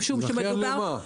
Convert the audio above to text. זכיין למה?